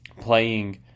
playing